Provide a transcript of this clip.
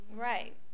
Right